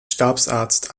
stabsarzt